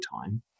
time